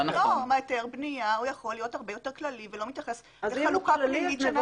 היתר הבנייה יכול להיות יותר כללי ולא מתייחס לחלוקה פנימית.